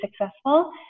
successful